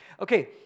Okay